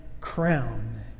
crown